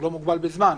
הוא לא מוגבל בזמן,